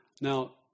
Now